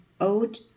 old